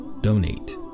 donate